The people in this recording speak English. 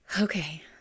okay